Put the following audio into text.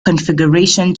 configuration